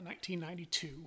1992